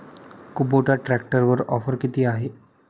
Kubota ट्रॅक्टरवर offer किती आहे?